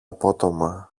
απότομα